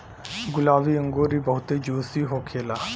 गुलाबी अंगूर इ बहुते जूसी होखेला